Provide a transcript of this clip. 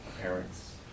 parents